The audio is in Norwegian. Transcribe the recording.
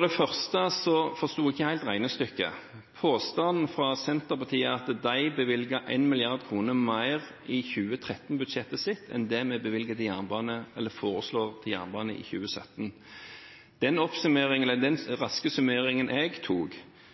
det første forsto jeg ikke helt regnestykket – påstanden fra Senterpartiet om at de bevilget 1 mrd. kr mer i 2013-budsjettet sitt enn det vi foreslår bevilget til jernbane i 2017. Den raske summeringen jeg tok,